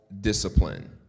discipline